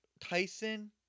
Tyson